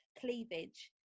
cleavage